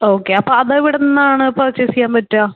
okay അപ്പോൾ അതെവിടുന്നാണ് purchase ചെയ്യാൻ പറ്റുക